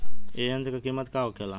ए यंत्र का कीमत का होखेला?